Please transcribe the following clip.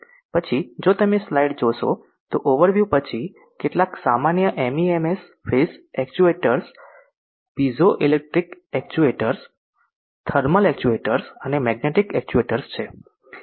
પછી જો તમે સ્લાઇડ જોશો તો ઓવર વ્યૂ પછી કેટલાક સામાન્ય MEMS phase actuators piezoelectric actuators thermal actuators અને મેગ્નેટિક એક્ચ્યુએટર્સ છે